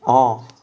orh